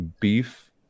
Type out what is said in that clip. beef